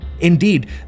Indeed